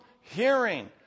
hearing